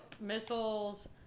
missiles